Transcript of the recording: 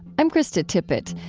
i'm krista tippett.